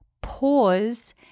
pause